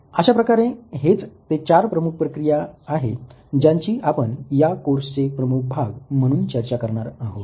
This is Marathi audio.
अशा प्रकारे हेच ते चार प्रमुख प्रक्रिया आहे ज्यांची आपण या कोर्सचे प्रमुख भाग म्हणून चर्चा करणार आहोत